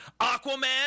Aquaman